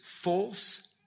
false